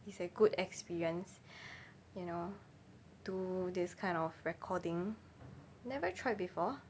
is a good experience you know do this kind of recording never tried before